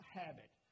habit